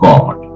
God